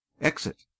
exit